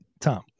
Tom